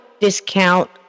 discount